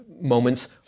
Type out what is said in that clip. moments